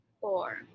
four